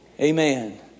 Amen